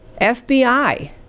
FBI